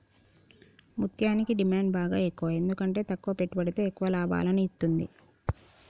ముత్యనికి డిమాండ్ బాగ ఎక్కువ ఎందుకంటే తక్కువ పెట్టుబడితో ఎక్కువ లాభాలను ఇత్తుంది